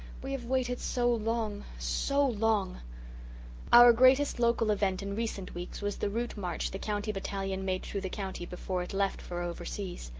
we have waited so long so long our greatest local event in recent weeks was the route march the county battalion made through the county before it left for overseas.